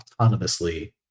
autonomously